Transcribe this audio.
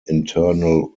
internal